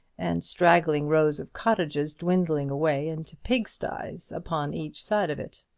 and straggling rows of cottages dwindling away into pigsties upon each side of it.